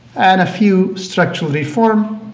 and a few structural reform